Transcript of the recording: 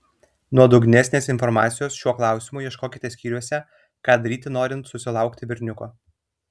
nuodugnesnės informacijos šiuo klausimu ieškokite skyriuose ką daryti norint susilaukti berniuko